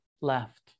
left